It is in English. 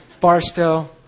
Barstow